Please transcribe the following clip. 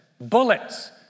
bullets